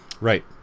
Right